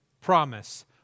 promise